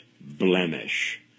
blemish